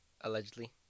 allegedly